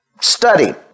Study